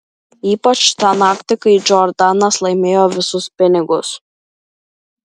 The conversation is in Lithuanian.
ypač tą naktį kai džordanas laimėjo visus pinigus